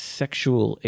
sexual